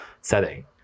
setting